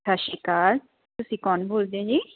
ਸਤਿ ਸ਼੍ਰੀ ਅਕਾਲ ਤੁਸੀਂ ਕੌਣ ਬੋਲਦੇ ਜੀ